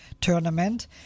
tournament